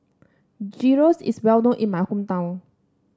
gyros is well known in my hometown